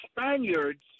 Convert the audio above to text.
Spaniards